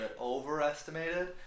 overestimated